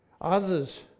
Others